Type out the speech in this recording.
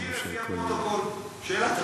זכותי לפי הפרוטוקול, שאלת המשך.